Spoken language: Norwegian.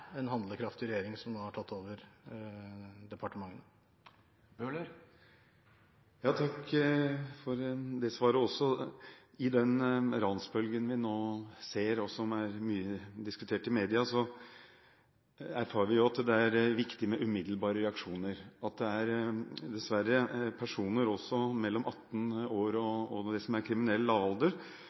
en handlekraftig regjering som nå har tatt over departementene. Takk for det svaret også. I den ransbølgen vi nå ser, og som er mye diskutert i media, erfarer vi jo at det er viktig med umiddelbare reaksjoner. Dessverre er det personer også mellom 18 år og det som er kriminell lavalder,